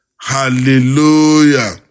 Hallelujah